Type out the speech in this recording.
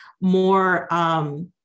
more